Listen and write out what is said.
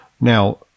Now